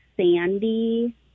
sandy